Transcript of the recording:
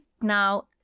now